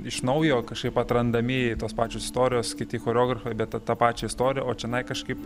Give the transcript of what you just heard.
iš naujo kažkaip atrandami tos pačios istorijos kiti choreografai bet ta tą pačią istoriją o čionai kažkaip